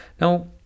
now